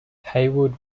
heywood